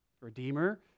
Redeemer